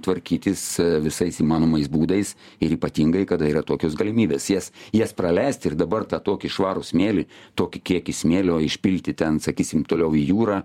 tvarkytis visais įmanomais būdais ir ypatingai kada yra tokios galimybės jas jas praleist ir dabar tą tokį švarų smėlį tokį kiekį smėlio išpilti ten sakysim toliau į jūrą